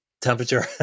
temperature